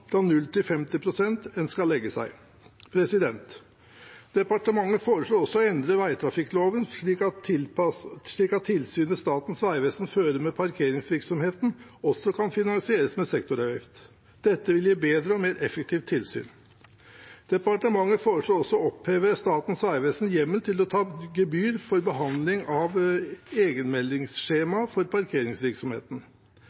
fra region til region. Det må derfor være opp til de lokale myndighetene selv å bestemme hvor på skalaen 0–50 pst. en skal legge seg. Departementet foreslo også å endre vegtrafikkloven slik at tilsynet Statens vegvesen fører med parkeringsvirksomheten, også kan finansieres med en sektoravgift. Dette vil gi et bedre og mer effektivt tilsyn. Departementet foreslo også å oppheve Statens vegvesens hjemmel for å ta